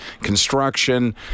construction